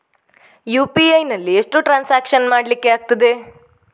UPI ನಲ್ಲಿ ಎಷ್ಟು transaction ಮಾಡ್ಲಿಕ್ಕೆ ಆಗ್ತದೆ?